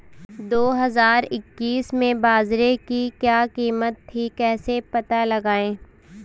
दो हज़ार इक्कीस में बाजरे की क्या कीमत थी कैसे पता लगाएँ?